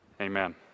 Amen